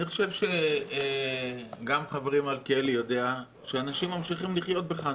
אני חושב שגם חברי מלכיאלי יודע שאנשים ממשיכים לחיות בחנוכה.